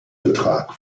betrag